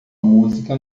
música